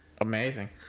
amazing